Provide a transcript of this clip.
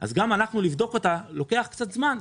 אז גם לנו לבדוק אותה לוקח קצת זמן.